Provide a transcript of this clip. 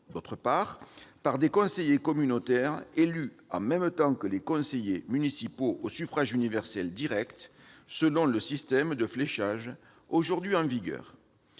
d'autre part, par des conseillers communautaires élus en même temps que les conseillers municipaux au suffrage universel direct, selon le système de fléchage aujourd'hui en vigueur.